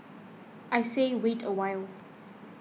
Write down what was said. I say wait a while